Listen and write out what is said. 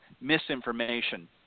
misinformation